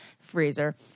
freezer